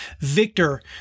Victor